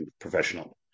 professional